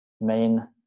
main